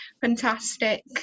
fantastic